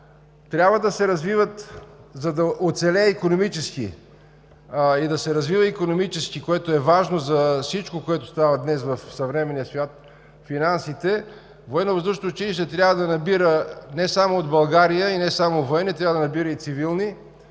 трябва да се развиват финансите, за да оцелее икономически и да се развива икономически, което е важно за всичко, което става днес в съвременния свят. Военновъздушното училище трябва да набира не само от България, и не само военни, трябва да набира и цивилни